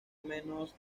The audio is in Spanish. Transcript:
manos